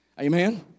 Amen